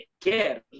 care